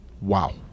Wow